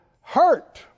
hurt